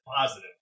positive